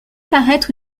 paraître